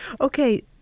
Okay